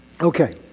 Okay